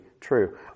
true